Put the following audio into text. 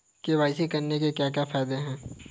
KYC करने के क्या क्या फायदे हैं?